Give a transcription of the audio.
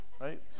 right